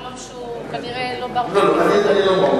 חלום שהוא כנראה לא בר, לא, אני לא מעוניין.